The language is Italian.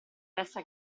testa